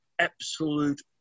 absolute